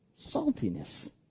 saltiness